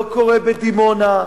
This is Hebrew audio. לא קורה בדימונה,